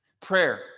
Prayer